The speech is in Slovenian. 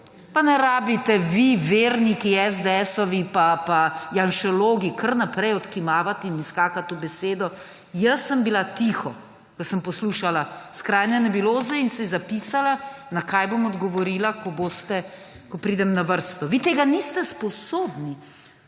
Pa ne rabite vi verniki esdeesovi pa janšelogi kar naprej odkimavati in mi skakati v besedo. Jaz sem bila tiho, da sem poslušala skrajne nebuloze in si zapisala, na kaj bom odgovorila, ko pridem na vrsto. Vi tega niste sposobni.